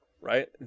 right